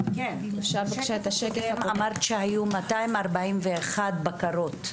אמרת שהיו 241 בקרות.